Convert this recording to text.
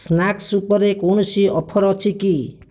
snacks ଉପରେ କୌଣସି offer ଅଛି କି